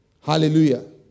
Hallelujah